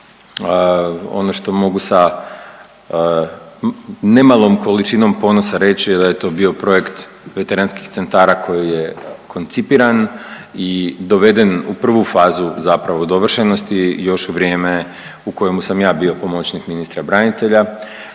Ono što mogu sa ne malom količinom ponosa reći da je to bio projekt veterinarskih centara koji je koncipiran i doveden u prvu fazu zapravo dovršenosti još u vrijeme u kojemu sam ja bio pomoćnik ministra branitelja